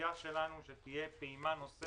הציפייה שלנו היא שתהיה פעימה נוספת